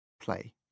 play